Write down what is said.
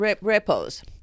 Repos